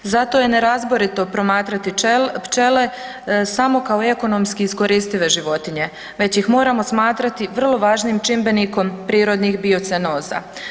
Zato je nerazborito promatrati pčele samo kao ekonomski iskoristive životinje već ih moramo smatrati vrlo važnim čimbenikom prirodnih biocenoza.